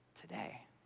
today